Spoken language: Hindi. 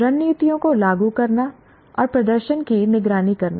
रणनीतियों को लागू करना और प्रदर्शन की निगरानी करना